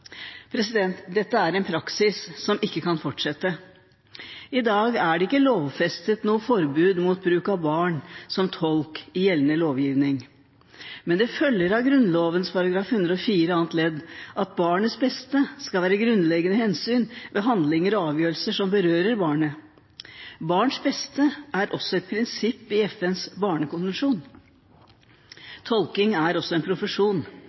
Dette er en praksis som ikke kan fortsette. I dag er det ikke lovfestet noe forbud mot bruk av barn som tolk i gjeldende lovgivning, men det følger av Grunnloven § 104 annet ledd at barnets beste skal være grunnleggende hensyn ved handlinger og avgjørelser som berører barnet. Barns beste er også et prinsipp i FNs barnekonvensjon. Tolking er også en profesjon.